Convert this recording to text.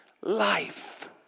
Life